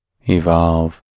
evolve